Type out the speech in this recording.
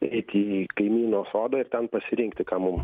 eiti į kaimyno sodą ir ten pasirinkti ką mum